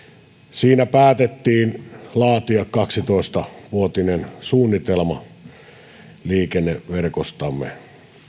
siinä päätettiin laatia kaksitoista vuotinen suunnitelma liikenneverkostamme